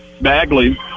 Bagley